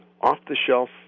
off-the-shelf